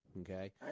Okay